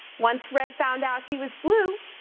once red found out he was blue,